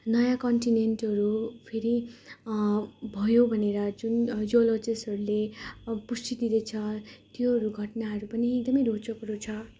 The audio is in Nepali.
नयाँ कन्टिनेन्टहरू फेरि भयो भनेर जुन ज्योलोसिस्टहरूले पुष्टि गरेको छ त्योहरू घटनाहरू पनि एकदमै रोचकहरू छ